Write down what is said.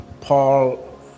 Paul